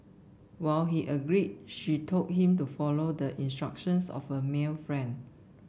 when he agree she told him to follow the instructions of a male friend